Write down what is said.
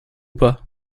pas